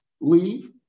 Leave